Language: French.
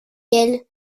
elle